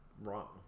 wrong